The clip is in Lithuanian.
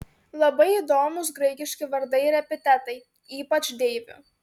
labai įdomūs graikiški vardai ir epitetai ypač deivių